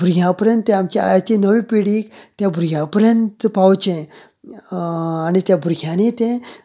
भुरग्या पर्यंत ती आयची नवी पिढीपावचे त्या भुरग्यां पर्यंंत पावचें आनी ते भुरग्यांनी ते